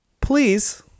Please